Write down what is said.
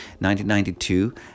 1992